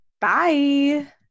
Bye